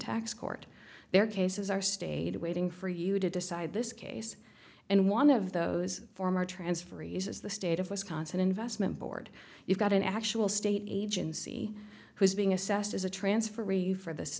tax court their cases are stayed waiting for you to decide this case and one of those former transferees is the state of wisconsin investment board you've got an actual state agency who's being assessed as a transfer review for this